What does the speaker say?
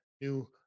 new